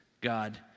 God